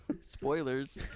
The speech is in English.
Spoilers